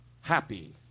happy